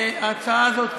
ההצעה הזאת,